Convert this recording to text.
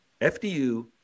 FDU